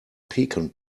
pecan